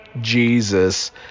Jesus